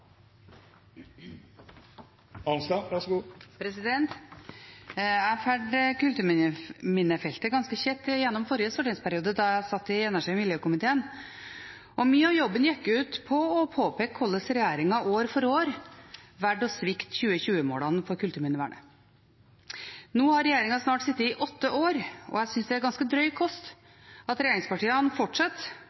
Jeg fulgte kulturminnefeltet ganske tett i forrige stortingsperiode da jeg satt i energi- og miljøkomiteen, og mye av jobben gikk ut på å påpeke hvordan regjeringen år for år valgte å svikte 2020-målene for kulturminnevern. Nå har regjeringen sittet i snart åtte år. Jeg synes det er ganske drøy kost at regjeringspartiene